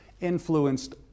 influenced